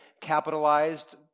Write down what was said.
capitalized